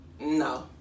no